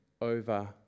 over